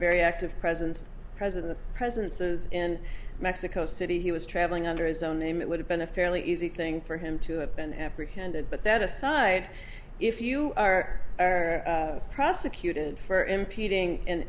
very active presence president the president says in mexico city he was traveling under his own name it would have been a fairly easy thing for him to have been apprehended but that aside if you are prosecuted for impeding